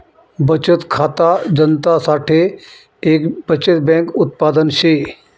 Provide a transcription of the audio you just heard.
बचत खाता जनता साठे एक बचत बैंक उत्पादन शे